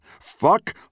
Fuck